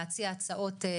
להציע הצעות,